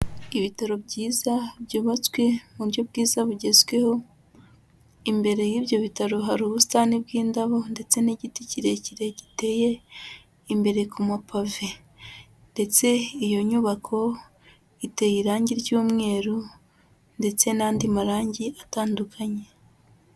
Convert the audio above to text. Ibitaro byiza byubatswe mu buryo bwiza bugezweho, imbere y'ibyo bitaro hari ubusitani bw'indabo ndetse n'igiti kirekire giteye imbere ku mapave ndetse iyo nyubako, iteye irangi ry'umweru ndetse n'andi marangi atandukanye.